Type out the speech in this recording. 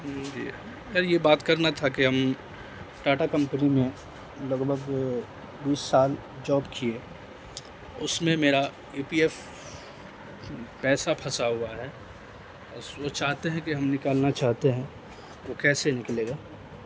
جی اور یہ بات کرنا تھا کہ ہم ٹاٹا کمپنی میں لگ بھگ بیس سال جاب کیے اس میں میرا یو پی ایف پیسہ پھنسا ہوا ہے وہ چاہتے ہیں کہ ہم نکالنا چاہتے ہیں وہ کیسے نکلے گا